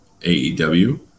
AEW